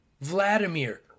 Vladimir